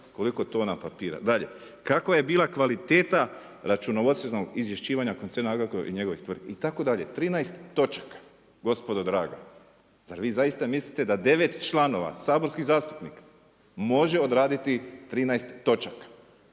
koliko tona papira. Dalje, kakva je bila kvaliteta računovodstvenog izvješćivanja koncerna Agrokor i njegovih tvrtki, itd. 13 točaka gospodo draga. Zar vi zaista mislite da 9 članova saborskih zastupnika može odraditi 13 točaka